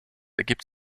ergibt